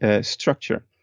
structure